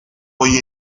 hoy